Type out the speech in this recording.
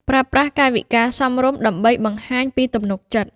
ប្រើប្រាស់កាយវិការសមរម្យដើម្បីបង្ហាញពីទំនុកចិត្ត។